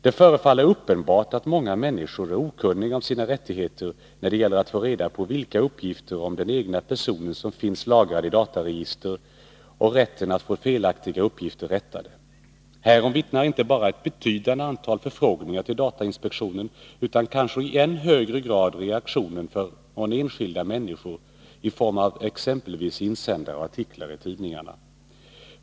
Det förefaller uppenbart att många människor är okunniga om sina rättigheter när det gäller att får reda på vilka uppgifter om den egna personen som finns lagrade i dataregister och rätten att få felaktiga uppgifter rättade. Härom vittnar inte bara ett betydande antal förfrågningar till datainspektionen utan kanske i än högre grad reaktionen från enskilda människor i form av exempelvis insändare och artiklar i tidningarna.